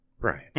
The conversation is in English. Brian